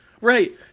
Right